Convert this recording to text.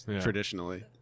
traditionally